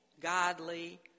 godly